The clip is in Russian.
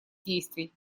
действий